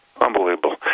unbelievable